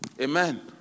Amen